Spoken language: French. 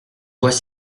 vois